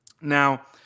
Now